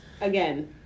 again